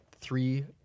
three